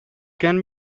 can